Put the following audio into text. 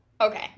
Okay